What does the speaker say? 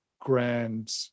grand